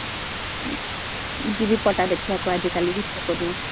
ଯିବି ପଟା ଦେଖିଆକୁ ଆଜିକାଲି କେଉଁଦିନ